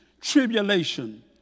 tribulation